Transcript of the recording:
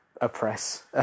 oppress